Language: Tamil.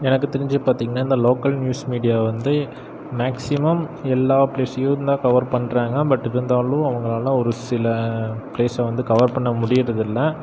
எனக்கு தெரிஞ்சு பார்த்தீங்னா இந்த லோக்கல் நியூஸ் மீடியா வந்து மேக்ஸிமம் எல்லா ப்ளேஸையும்தான் கவர் பண்ணுறாங்க பட் இருந்தாலும் அவங்களால் ஒரு சில ப்ளேஸை வந்து கவர் பண்ண முடியிறதுதில்லை